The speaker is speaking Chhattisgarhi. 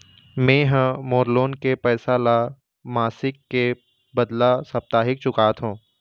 में ह मोर लोन के पैसा ला मासिक के बदला साप्ताहिक चुकाथों